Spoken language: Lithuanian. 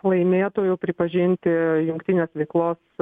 laimėtoju pripažinti jungtinės veiklos